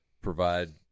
provide